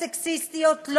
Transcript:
הסקסיסטיות?